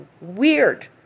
weird